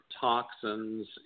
toxins